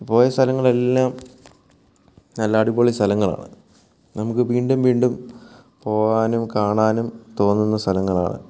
പോയ സ്ഥലങ്ങളെല്ലാം നല്ല അടിപൊളി സ്ഥലങ്ങളാണ് നമുക്ക് വീണ്ടും വീണ്ടും പോകാനും കാണാനും തോന്നുന്ന സ്ഥലങ്ങളാണ്